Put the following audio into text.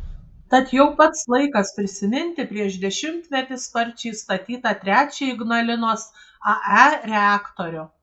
tad jau pats laikas prisiminti prieš dešimtmetį sparčiai statytą trečią ignalinos ae reaktorių